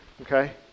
okay